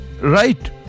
right